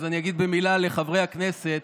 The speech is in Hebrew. אז אומר במילה לחברי הכנסת,